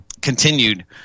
continued